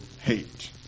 hate